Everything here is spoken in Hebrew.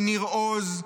מניר עוז,